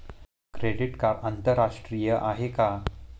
Credit card आंतरराष्ट्रीय आहे का?